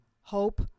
hope